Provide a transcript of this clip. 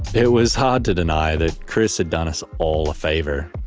it was hard to deny that chris had done us all a favor.